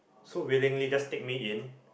so willingly just take me in